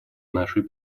нашей